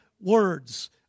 words